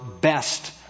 best